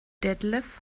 detlef